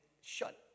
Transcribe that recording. shut